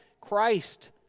Christ